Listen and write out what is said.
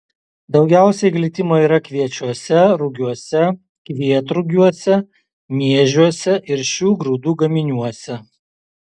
daugiausiai glitimo yra kviečiuose rugiuose kvietrugiuose miežiuose ir šių grūdų gaminiuose